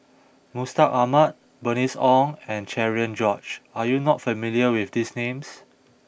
Mustaq Ahmad Bernice Ong and Cherian George Are you not familiar with these names